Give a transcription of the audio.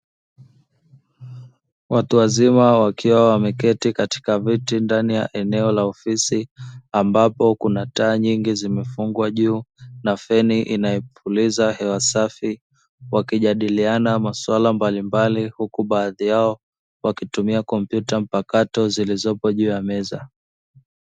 Watu wazima wakiwa wameketi katika viti ndani ya eneo la ofisi ambapo kuna taa nyingi zimefungwa juu na feni inayopuliza hewa safi wakijadiliana masuala mbalimballi, huku baadhi yao wakitumia kumpyuta mpakato zilizopo juu ya meza.